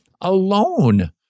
alone